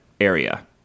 area